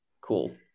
cool